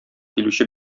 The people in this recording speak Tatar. килүче